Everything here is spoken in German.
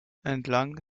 entlang